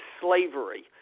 slavery